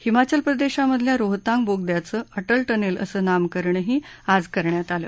हिमाचल प्रदेशामधल्या रोहतांग बोगद्याचं अटल टनेल असं नामकरणही आज करण्यात आलं